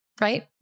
right